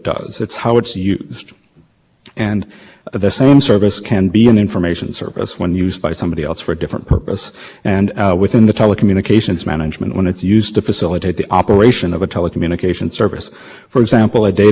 the customer the common carriage customer and the provider but can also reach practices elsewhere in the network that have the same impact as blocking for example at the door of the threshold of the user's computer as opposed to the threshold of the network